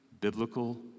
Biblical